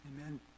amen